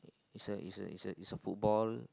it's a it's a it's a it's a football